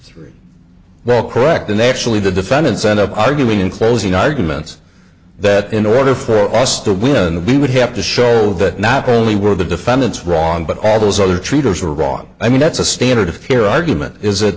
three well correct than actually the defendants end up arguing in closing arguments that in order for us to win the b would have to show that not only were the defendants wrong but all those other tritos were wrong i mean that's a standard of care argument is that